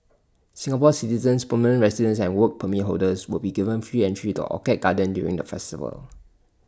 Singapore citizens permanent residents and Work Permit holders will be given free entry the orchid garden during the festival